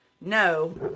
No